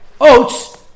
oats